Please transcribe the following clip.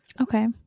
Okay